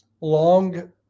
long